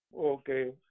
Okay